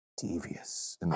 devious